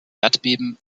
erdbeben